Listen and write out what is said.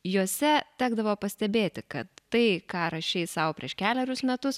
juose tekdavo pastebėti kad tai ką rašei sau prieš kelerius metus